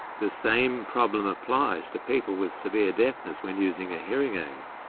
the same problem applies to people with severe deafness when using a hearing aid.